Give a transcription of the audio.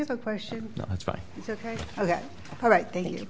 have a question that's why it's ok ok all right thank you